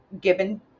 given